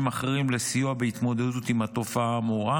אחרים לסיוע בהתמודדות עם התופעה האמורה,